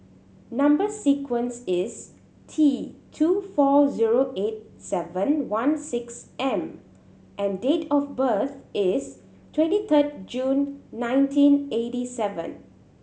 number sequence is T two four zero eight seven one six M and date of birth is twenty third June nineteen eighty seven